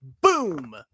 boom